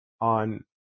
on